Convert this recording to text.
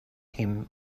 him